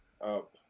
up